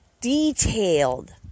detailed